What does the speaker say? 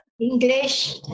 English